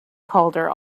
calder